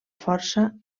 força